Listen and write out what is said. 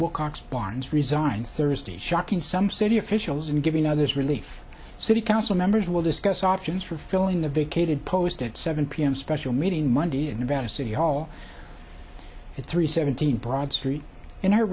wilcox barnes resigned thursday shocking some city officials and giving others a leaf city council members will discuss options for filling the vacated post at seven pm special meeting monday in nevada city hall at three seventeen broad street in